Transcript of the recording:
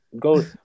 go